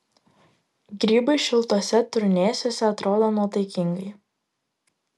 grybai šiltuose trūnėsiuose atrodo nuotaikingai